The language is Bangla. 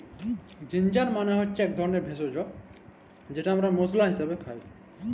জিনজার মালে হচ্যে ইক ধরলের ভেষজ যেট আমরা মশলা হিসাবে খাই